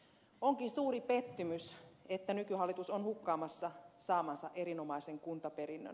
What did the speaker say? onkin suuri pettymys että nykyhallitus on hukkaamassa saamansa erinomaisen kuntaperinnön